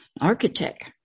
architect